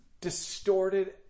distorted